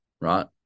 right